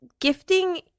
gifting